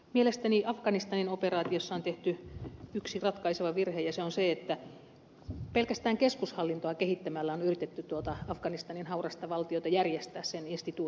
mielestäni afganistanin operaatiossa on tehty yksi ratkaiseva virhe ja se on se että pelkästään keskushallintoa kehittämällä on yritetty afganistanin haurasta valtiota järjestää sen instituutioita